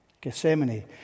Gethsemane